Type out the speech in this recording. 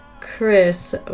chris